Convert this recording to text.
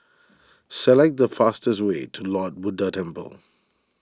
select the fastest way to Lord Buddha Temple